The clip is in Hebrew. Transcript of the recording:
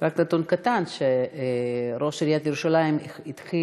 רק נתון קטן: ראש עיריית ירושלים החליט